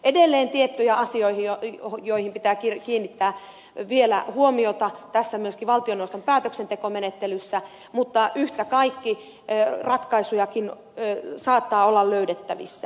edelleen on tiettyjä asioita joihin pitää kiinnittää vielä huomiota myöskin tässä valtioneuvoston päätöksentekomenettelyssä mutta yhtä kaikki ratkaisujakin saattaa olla löydettävissä